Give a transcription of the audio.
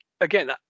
Again